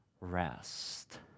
rest